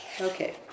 Okay